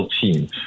team